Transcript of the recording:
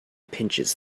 pinches